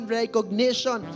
recognition